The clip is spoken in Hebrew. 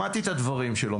שמעתי את הדברים שלו.